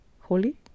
holy